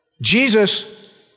Jesus